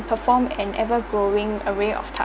perform an ever growing array of